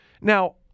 Now